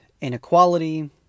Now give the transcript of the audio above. inequality